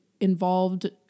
involved